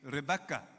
Rebecca